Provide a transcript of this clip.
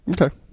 Okay